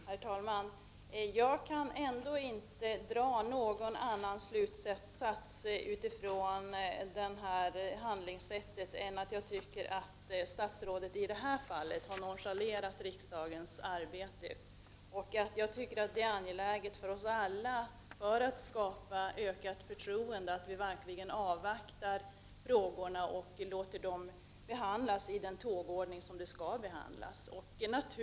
Herr talman! Jag kan ändå inte dra någon annan slutsats av handlingssättet än att statsrådet i detta fall har nonchalerat riksdagens arbete. Jag anser det angeläget för oss alla att vi för att skapa ökat förtroende avvaktar i dessa frågor och låter dem behandlas i den tågordning som de skall behandlas.